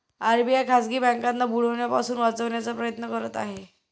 RBI खाजगी बँकांना बुडण्यापासून वाचवण्याचा प्रयत्न करत आहे